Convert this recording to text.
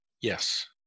Yes